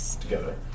together